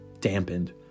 dampened